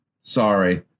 Sorry